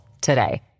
today